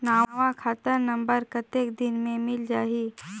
नवा खाता नंबर कतेक दिन मे मिल जाही?